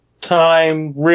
time